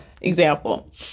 Example